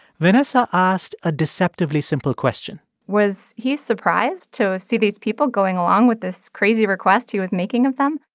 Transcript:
vanessa asked a deceptively simple question was he surprised to see these people going along with this crazy request he was making of them?